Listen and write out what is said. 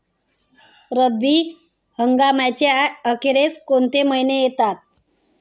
रब्बी हंगामाच्या अखेरीस कोणते महिने येतात?